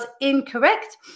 incorrect